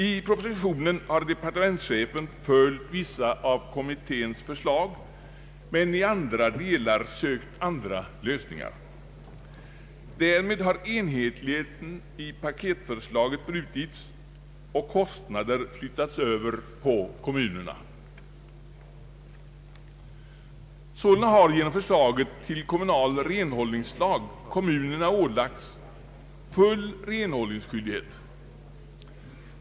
I propositionen har departementschefen följt vissa av kommitténs förslag men i andra delar sökt andra lösningar. Därmed har enhetligheten i paketförslaget brutits och kostnader flyttats över på kommunerna. Sålunda har genom förslaget till kommunal renhållningslag kommunerna ålagts full renhållningsskyldighet.